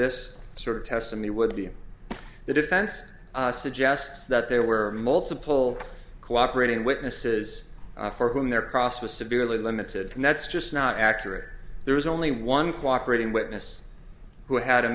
this sort of testimony would be the defense suggests that there were multiple cooperating witnesses for whom their process was severely limited and that's just not accurate there was only one cooperate in witness who had a